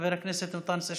חבר הכנסת אנטאנס שחאדה,